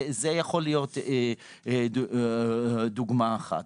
זה יכול להיות דוגמה אחת.